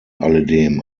alledem